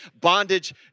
Bondage